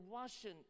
Russian